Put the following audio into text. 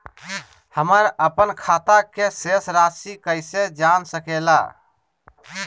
हमर अपन खाता के शेष रासि कैसे जान सके ला?